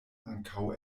ankaŭ